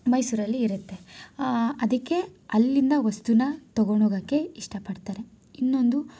ಮೈಸೂರಲ್ಲಿ ಇರತ್ತೆ ಅದಕ್ಕೆ ಅಲ್ಲಿಂದ ವಸ್ತುನ ತೊಗೊಂಡು ಹೋಗಕ್ಕೆ ಇಷ್ಟಪಡ್ತಾರೆ ಇನ್ನೊಂದು